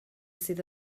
sydd